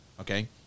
okay